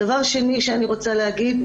דבר שני שאני רוצה להגיד,